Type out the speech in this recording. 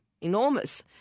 enormous